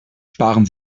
sparen